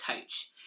coach